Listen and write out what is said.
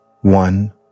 one